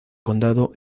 condado